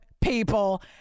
people